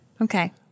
Okay